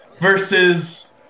versus